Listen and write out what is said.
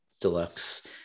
deluxe